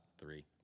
three